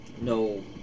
No